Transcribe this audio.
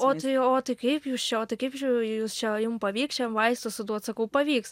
o tai o tai kaip jūs čia o tai kaip jūs čia jūs čia jum pavyks čia vaistus suduot sakau pavyks